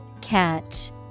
Catch